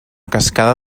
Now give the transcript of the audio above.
cascada